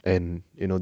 and you know